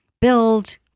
build –